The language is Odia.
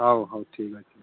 ହଉ ହଉ ଠିକ୍ ଅଛି